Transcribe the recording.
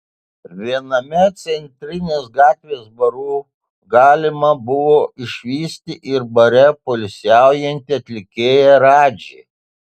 viename centrinės gatvės barų galima buvo išvysti ir bare poilsiaujantį atlikėją radžį